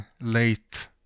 late